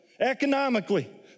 economically